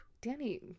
danny